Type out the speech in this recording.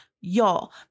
Y'all